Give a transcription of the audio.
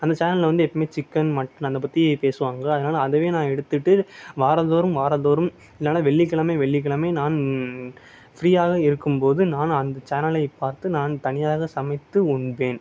அந்த சேனல்ல வந்து எப்பவுமே சிக்கன் மட்டன் அதை பற்றி பேசுவாங்கள் அதனால் அதுவே நான் எடுத்துட்டு வாரம் தோறும் வாரம் தோறும் இல்லேனா வெள்ளி கிழமை வெள்ளி கிழமை நான் ஃப்ரீயாக இருக்கும் போது நான் அந்த சேனலை பார்த்து நான் தனியாக சமைத்து உண்பேன்